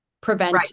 prevent